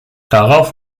darauf